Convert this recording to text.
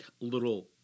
little